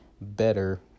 better